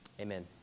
Amen